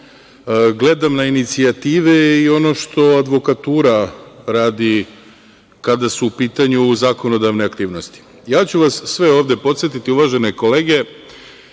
gledam na inicijative i ono što advokatura radi kada su u pitanju zakonodavne aktivnosti. Podsetiću vas sve ovde, uvažene kolege,